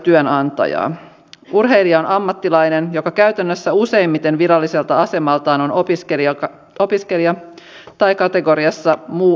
urheilija on ammattilainen joka käytännössä useimmiten viralliselta asemaltaan on opiskelija tai kategoriassa muu ammatinharjoittaja